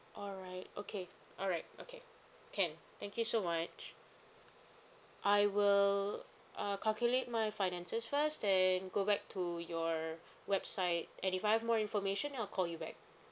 alright okay alright okay can thank you so much I will uh calculate my finances first then go back to your website and if I have more information I'll call you back